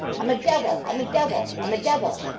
i'm a devil i'm a devil i'm a devil,